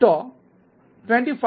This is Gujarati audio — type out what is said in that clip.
તેથી22